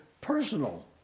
personal